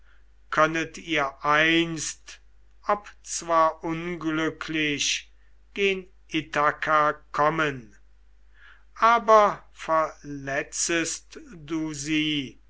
könnet ihr einst obzwar unglücklich gen ithaka kommen aber verletzest du sie